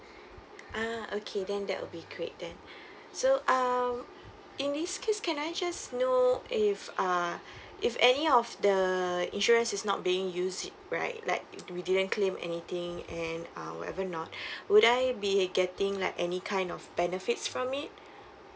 ah okay then that will be great then so um in this case can I just know if ah if any of the insurance is not being used right like we didn't claim anything and ah whatever not would I be getting like any kind of benefits from it